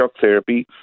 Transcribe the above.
therapy